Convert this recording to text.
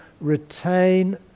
retain